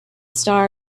star